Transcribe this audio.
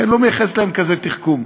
אני לא מייחס להם כזה תחכום.